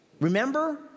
Remember